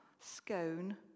scone